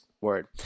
Word